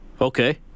Okay